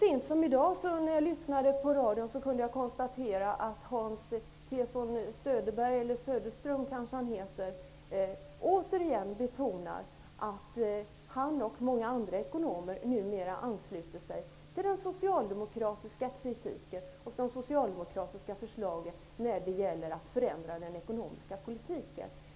Så sent som i dag kunde jag, när jag lyssnade på radion, konstatera att Hans Tson Söderström återigen betonar att han och många andra ekonomer numera ansluter sig till den socialdemokratiska kritiken och de socialdemokratiska förslagen när det gäller den ekonomiska politiken.